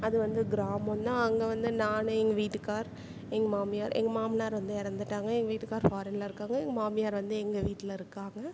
அது வந்து கிராமந்தான் அங்கே வந்து நான் எங்கள் வீட்டுக்காரர் எங்கள் மாமியார் எங்கள் மாமனார் வந்து இறந்துட்டாங்க என் வீட்டுக்காரர் ஃபாரினில் இருக்காங்க எங்கள் மாமியார் வந்து எங்கள் வீட்டில் இருக்காங்க